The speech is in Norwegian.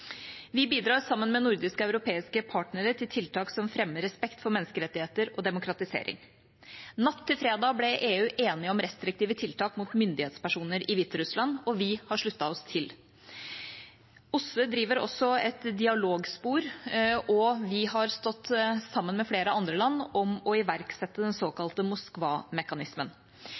Vi bidrar sammen med nordiske og europeiske partnere til tiltak som fremmer respekt for menneskerettigheter og demokratisering. Natt til fredag ble EU enige om restriktive tiltak mot myndighetspersoner i Hviterussland, og vi har sluttet oss til det. OSSE driver også et dialogspor, og vi har stått sammen med flere andre land om å iverksette den såkalte